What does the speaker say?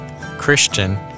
Christian